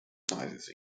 sizes